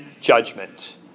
judgment